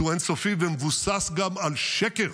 שהוא אין-סופי ומבוסס גם על שקר,